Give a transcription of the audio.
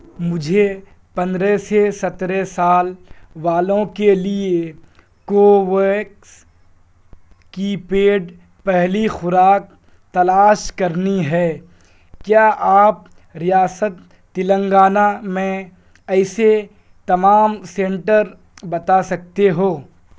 مجھے پندرہ سے سترے سال والوں کے لیے کو ویکس کی پیڈ پہلی خوراک تلاش کرنی ہے کیا آپ ریاست تلنگانہ میں ایسے تمام سنٹر بتا سکتے ہو